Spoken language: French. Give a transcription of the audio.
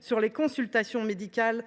sur les consultations médicales